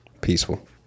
Peaceful